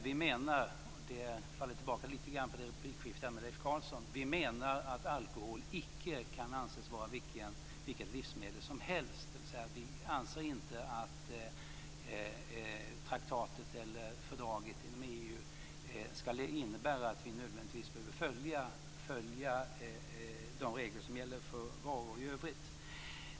Vi menar - det faller tillbaks lite grann på replikskiftet med Leif Carlson - att alkohol icke kan anses vara vilket livsmedel som helst. Vi anser inte att traktaten eller fördraget inom EU ska innebära att vi nödvändigtvis behöver följa de regler som gäller för varor i övrigt.